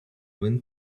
wind